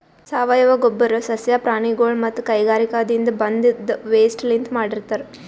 ಸಾವಯವ ಗೊಬ್ಬರ್ ಸಸ್ಯ ಪ್ರಾಣಿಗೊಳ್ ಮತ್ತ್ ಕೈಗಾರಿಕಾದಿನ್ದ ಬಂದಿದ್ ವೇಸ್ಟ್ ಲಿಂತ್ ಮಾಡಿರ್ತರ್